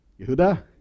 Yehuda